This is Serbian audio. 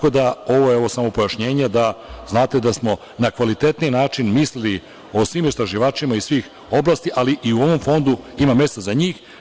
Ovo je samo pojašnjenje, da znate da smo na kvalitetniji način mislili o svim istraživačima iz svih oblasti, ali i u ovom fondu ima mesta za njih.